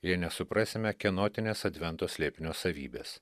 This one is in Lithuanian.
jei nesuprasime kenotinės advento slėpinio savybės